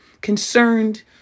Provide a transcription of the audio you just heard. concerned